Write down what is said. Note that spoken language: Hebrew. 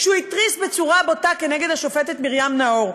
כשהוא התריס בצורה בוטה כנגד השופטת מרים נאור.